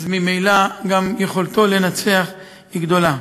ממילא גם יכולתו לנצח היא גדולה.